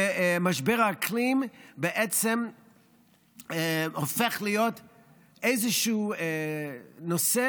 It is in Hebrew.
ומשבר האקלים בעצם הופך להיות איזשהו נושא